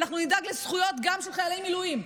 אנחנו נדאג גם לזכויות של חיילי מילואים.